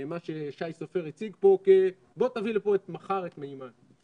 מה ששי סופר הציג פה כ: בוא תביא לפה מחר את המימן.